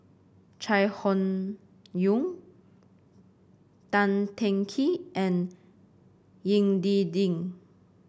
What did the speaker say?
Chai Hon Yoong Tan Teng Kee and Ying D Ding